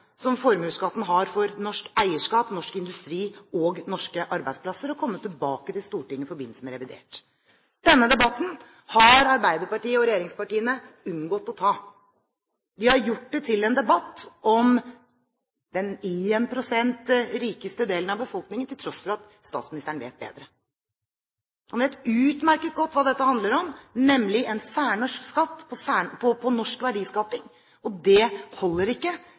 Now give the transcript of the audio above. som formuesskatten har for norsk eierskap, norsk industri og norske arbeidsplasser, og komme tilbake til Stortinget med det i forbindelse med revidert. Denne debatten har Arbeiderpartiet og de andre regjeringspartiene unngått å ta. De har gjort det til en debatt om den 1 pst. rikeste delen av befolkningen, til tross for at statsministeren vet bedre. Han vet utmerket godt hva dette handler om, nemlig en særnorsk skatt på norsk verdiskaping. Det holder ikke